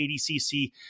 ADCC